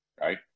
right